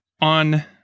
on